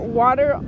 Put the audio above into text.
water